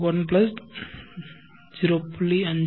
10